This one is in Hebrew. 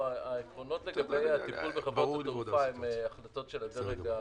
העקרונות לגבי הטיפול בחברות תעופה הם החלטות של הדרג המדיני,